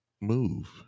move